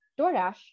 DoorDash